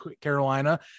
Carolina